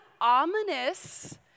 ominous